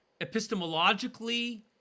epistemologically